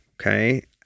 Okay